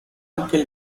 anche